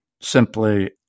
simply